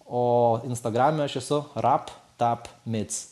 o instagrame aš esu rap tap mic